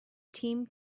team